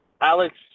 Alex